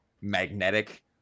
magnetic